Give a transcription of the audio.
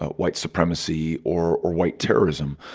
white supremacy or or white terrorism.